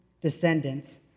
descendants